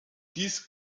dies